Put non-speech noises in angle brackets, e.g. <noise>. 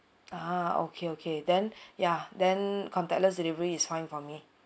(uh huh) okay okay then <breath> yeah then contactless delivery is fine for me